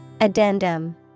Addendum